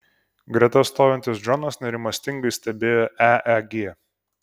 greta stovintis džonas nerimastingai stebėjo eeg